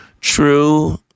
true